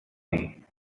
living